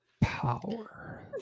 power